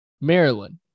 Maryland